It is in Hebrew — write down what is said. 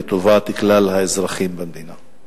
לטובת כלל האזרחים במדינה.